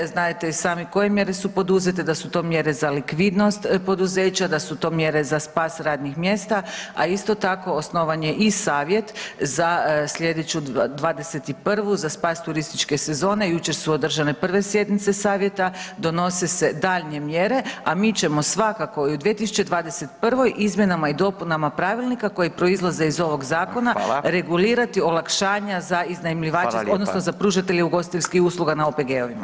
Znadete i sami koje mjere su poduzete da su to mjere za likvidnost poduzeća, da su to mjere za spas radnih mjesta, a isto tako osnovan je i savjet za sljedeću 2021. za spas turističke sezone, jučer su održane prve sjednice savjeta, donose se daljnje mjere, a mi ćemo svakako i u 2021. izmjenama i dopunama pravilnika koji proizlaze iz ovog zakona regulirati olakšanja [[Upadica Radin: Hvala.]] za iznajmljivače odnosno za pružatelje ugostiteljskih usluga na OPG-ovima.